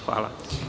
Hvala.